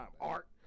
Art